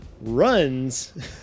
runs